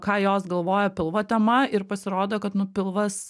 ką jos galvoja pilvo tema ir pasirodo kad pilvas